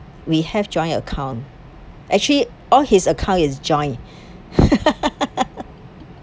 we have joint account actually all his accounts are joint